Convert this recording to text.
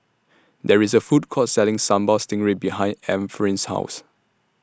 There IS A Food Court Selling Sambal Stingray behind Ephraim's House